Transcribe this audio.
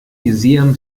museum